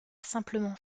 simplement